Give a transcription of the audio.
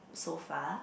so far